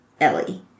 ellie